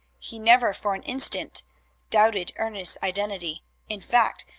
he never for an instant doubted ernest's identity in fact,